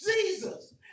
Jesus